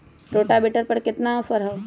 Rotavator पर केतना offer हव?